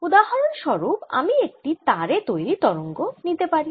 উদাহরণ স্বরুপ আমি একটি তারে তৈরি তরঙ্গ নিতে পারি